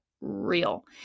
real